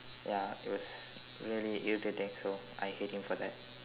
ya it was really irritating so I hate him for that